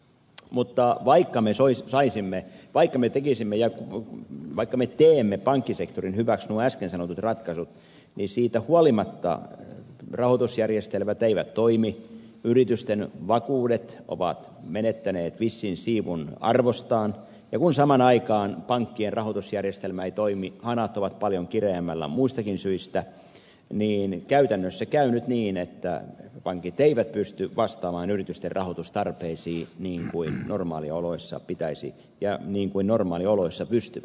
mutta vaikka me tekisimme ja vaikka me teemme pankkisektorin hyväksi nuo äsken sanotut ratkaisut niin siitä huolimatta rahoitusjärjestelmät eivät toimi yritysten vakuudet ovat menettäneet vissin siivun arvostaan ja kun samaan aikaan pankkien rahoitusjärjestelmä ei toimi hanat ovat paljon kireämmällä muistakin syistä niin käytännössä käy nyt niin että pankit eivät pysty vastaamaan yritysten rahoitustarpeisiin niin kuin normaalioloissa pitäisi ja niin kuin normaalioloissa pystyvät